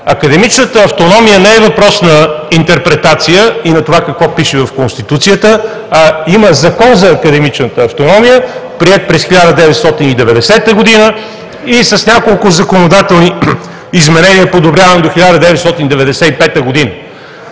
Академичната автономия не е въпрос на интерпретация и на това какво пише в Конституцията, а има Закон за академичната автономия, приет през 1990 г. и с няколко законодателни изменения е подобряван до 1995 г.